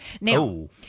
Now